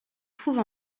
trouve